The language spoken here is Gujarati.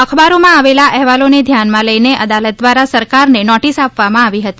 અખબારોમાં આવેલા અહેવાલોને ધ્યાનમાં લઈને અદાલત દ્વારા સરકારને નોટીસ આપવામાં આવી હતી